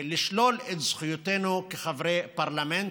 לשלול את זכויותינו כחברי פרלמנט.